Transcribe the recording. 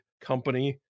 company